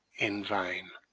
in vain.